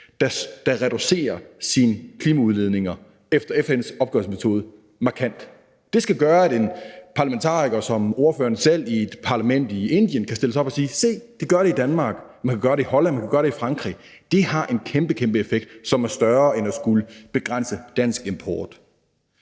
reducerer sine klimaudledninger efter FN's opgørelsesmetode. Det skal gøre, at en parlamentariker som ordføreren selv i et parlament i Indien kan stille sig op og sige: Se, de gør det i Danmark, man kan gøre det i Holland, man kan gøre det i Frankrig. Det har en kæmpe, kæmpe effekt, som er større end at skulle begrænse dansk import.